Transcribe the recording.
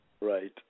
Right